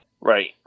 Right